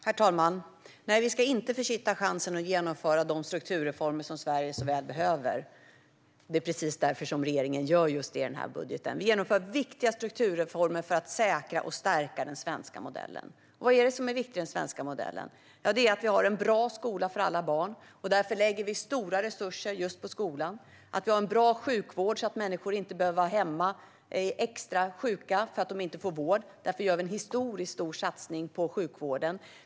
Herr talman! Nej, vi ska inte försitta chansen att genomföra de strukturreformer som Sverige så väl behöver. Det är precis därför som regeringen genomför just dessa reformer i den här budgeten. Vi genomför viktiga strukturreformer för att säkra och stärka den svenska modellen. Vad är det som är viktigt i den svenska modellen? Det är att vi har en bra skola för alla barn, och därför lägger vi stora resurser just på skolan. Det är att vi har en bra sjukvård så att människor inte behöver vara hemma sjuka länge därför att de inte får vård, och därför gör vi en historiskt stor satsning på sjukvården.